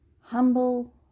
Humble